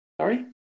Sorry